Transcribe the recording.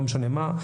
לא משנה עקב מה,